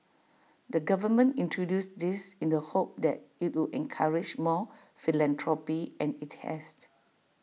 the government introduced this in the hope that IT would encourage more philanthropy and IT has